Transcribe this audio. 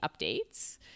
updates